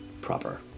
proper